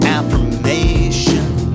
Affirmation